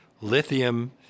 Lithium